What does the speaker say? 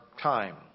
time